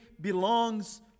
belongs